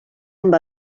amb